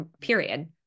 period